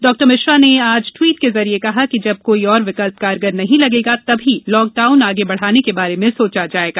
डॉ मिश्रा ने आज ट्वीट के जरिये कहा है जब कोई और विकल्प कारगर नहीं लगेगा तभी लॉकडाउन आगे बढ़ाने के बारे में सोचा जाएगा